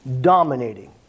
dominating